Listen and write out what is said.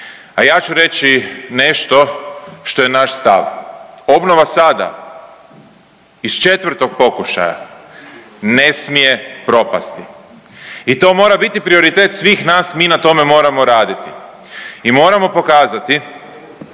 a ja ću reći nešto što je naš stav. Obnova sada iz 4. pokušaja ne smije propasti i to mora biti prioritet svih nas mi na tome moramo raditi i moramo pokazati